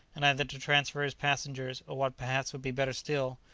and either to transfer his passengers, or what perhaps would be better still,